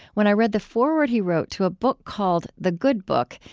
when i read the foreword he wrote to a book called the good book,